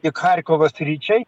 tik charkovo sričiai